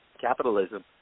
capitalism